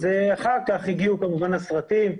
אחר כך הגיעו כמובן הסרטים.